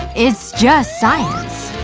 it's just science.